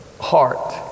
heart